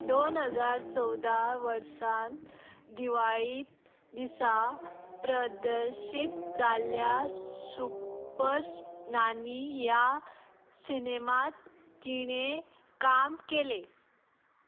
दोन हजार चवदा वर्सान दिवाळीत दिसा प्रदर्शीत जाल्ल्या सुपर्स नानी या सिनेमात तिणें काम केलें